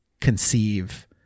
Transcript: conceive